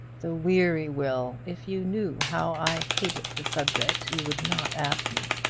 the weary will! if you knew how i hated the subject you would not ask me.